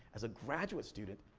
as a graduate student,